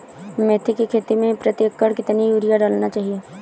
मेथी के खेती में प्रति एकड़ कितनी यूरिया डालना चाहिए?